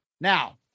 Now